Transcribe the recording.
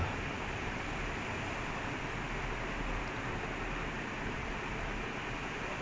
தினம் பாக்கலாம்:thinam paakkalaam it's two one hour